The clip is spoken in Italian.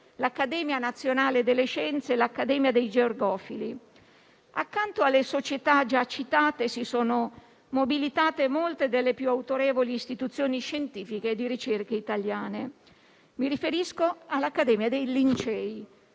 l'Accademia nazionale delle scienze, l'Accademia dei Georgofili. Accanto alle società già citate si sono mobilitate molte delle più autorevoli istituzioni scientifiche e di ricerca italiane: mi riferisco all'Accademia dei Lincei